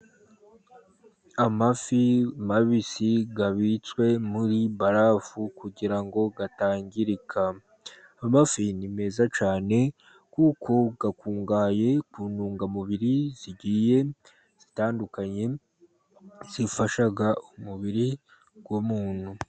Amafi mabisi abitswe muri barafu kugira ngo atangirika. Amafi ni meza cyane kuko akungahaye ku ntungamubiri zigiye zitandukanye zifasha umubiri w’umuntu.